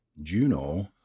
juno